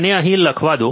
મને તે અહીં લખવા દો